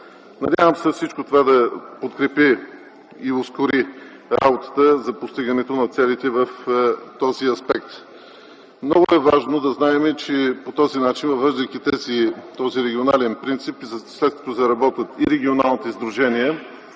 Надявам се всичко това да укрепи и ускори работата за постигането на целите в този аспект. Много е важно да знаем, че по този начин, въвеждайки този регионален принцип и след като заработят и регионалните сдружения